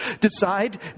decide